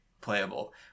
playable